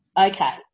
okay